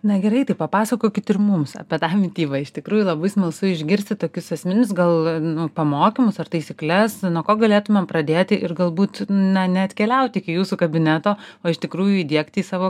na gerai tai papasakokit ir mums apie tą mitybą iš tikrųjų labai smalsu išgirsti tokius esminius gal nu pamokymus ar taisykles nuo ko galėtumėm pradėti ir galbūt na neatkeliauti iki jūsų kabineto o iš tikrųjų įdiegti į savo